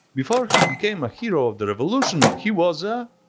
before he became a hero of the revolution, he was a,